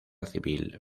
civil